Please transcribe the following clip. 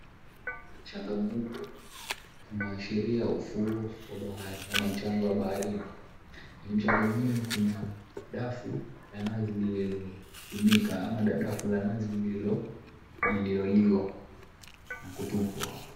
Mchanga mweupe inayoashiria ufuo wa bahari ama mchanga wa baharini. Kwenye mchanga enyewe kuna dafu na nazi iliyotumika ama dafu la nazi lililo liwa na kutupwa hapo.